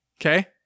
Okay